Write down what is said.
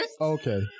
Okay